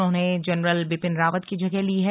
उन्होंने जनरल बिपिन रावत की जगह ली है